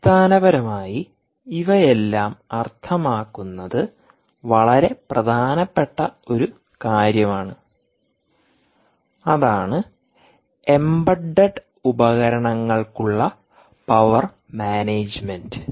അടിസ്ഥാനപരമായി ഇവയെല്ലാം അർത്ഥമാക്കുന്നത് വളരെ പ്രധാനപ്പെട്ട ഒരു കാര്യമാണ് അതാണ് എംബഡഡ് ഉപകരണങ്ങൾക്കുള്ള പവർ മാനേജുമെന്റ്